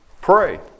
pray